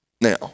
Now